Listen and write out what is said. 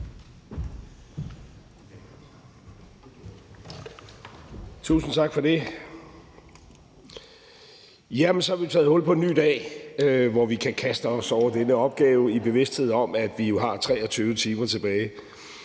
Tusind tak for det. Så har vi taget hul på en ny dag, hvor vi kan kaste os over denne opgave i bevidstheden om, at vi har 23 timer tilbage